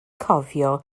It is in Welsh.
cofio